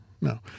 no